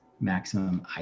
maximum